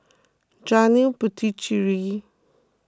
Janil Puthucheary